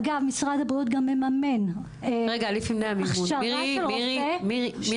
אגב, משרד הבריאות גם מממן --- לפני המימון, יש